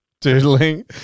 doodling